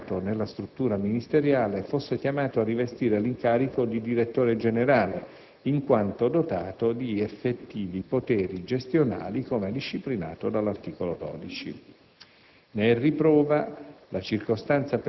se un soggetto stabilmente incardinato nella struttura ministeriale fosse chiamato a rivestire l'incarico di Direttore generale, in quanto dotato di effettivi poteri gestionali, come disciplinato dall'articolo 12.